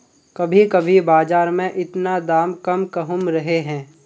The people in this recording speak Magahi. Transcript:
कभी कभी बाजार में इतना दाम कम कहुम रहे है?